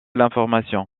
l’information